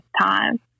time